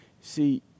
See